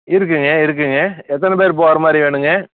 இருக்குதுங்க இருக்குதுங்க எத்தனை பேர் போகிற மாதிரி வேணுங்க